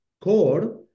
core